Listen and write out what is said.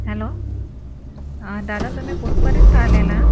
hello दादा तुम्ही कुठपर्यंत आलेला